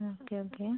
okay okay